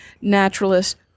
Naturalist